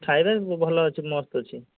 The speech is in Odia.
ଖାଇବା ଭଲ ଅଛି ମସ୍ତ୍ ଅଛି